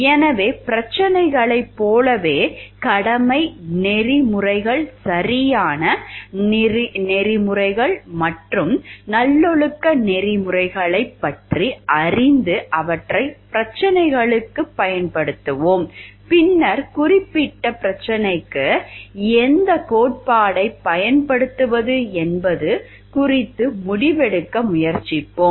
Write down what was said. எனவே பிரச்சினைகளைப் போலவே கடமை நெறிமுறைகள் சரியான நெறிமுறைகள் மற்றும் நல்லொழுக்க நெறிமுறைகளைப் பற்றி அறிந்து அவற்றைப் பிரச்சினைகளுக்குப் பயன்படுத்துவோம் பின்னர் குறிப்பிட்ட பிரச்சினைக்கு எந்தக் கோட்பாட்டைப் பயன்படுத்துவது என்பது குறித்து முடிவெடுக்க முயற்சிப்போம்